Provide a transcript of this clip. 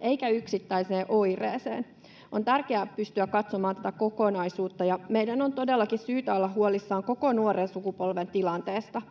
eikä yksittäiseen oireeseen. On tärkeää pystyä katsomaan tätä kokonaisuutta, ja meidän on todellakin syytä olla huolissamme koko nuoren sukupolven tilanteesta.